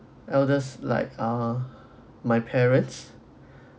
elders like ah my parents